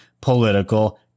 political